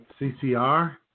CCR